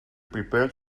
prepared